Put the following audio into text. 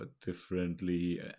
differently